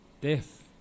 death